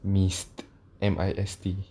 mist M I S T